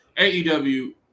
AEW